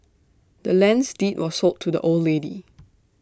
the land's deed was sold to the old lady